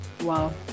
Wow